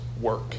work